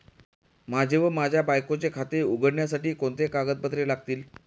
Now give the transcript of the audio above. माझे व माझ्या बायकोचे खाते उघडण्यासाठी कोणती कागदपत्रे लागतील?